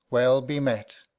well bemet.